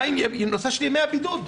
מה עם נושא ימי הבידוד?